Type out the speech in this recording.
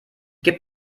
gebe